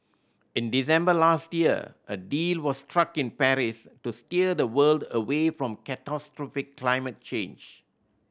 in December last year a deal was struck in Paris to steer the world away from catastrophic climate change